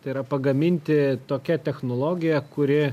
tai yra pagaminti tokia technologija kuri